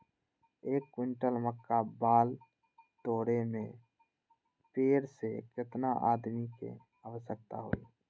एक क्विंटल मक्का बाल तोरे में पेड़ से केतना आदमी के आवश्कता होई?